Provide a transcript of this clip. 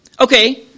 Okay